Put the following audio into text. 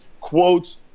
quotes